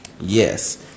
yes